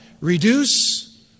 Reduce